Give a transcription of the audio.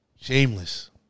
Shameless